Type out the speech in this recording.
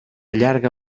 llarga